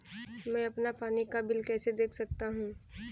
मैं अपना पानी का बिल कैसे देख सकता हूँ?